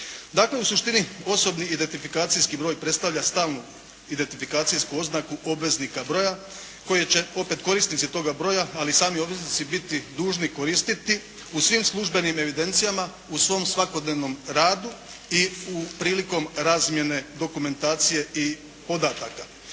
Dakle, u suštini osobni identifikacijski broj predstavlja stalnu identifikacijsku oznaku obveznika broja koji će opet korisnici toga broja ali i sami obveznici biti dužni koristiti u svim službenim evidencijama u svom svakodnevnom radu i prilikom razmjene dokumentacije i podataka.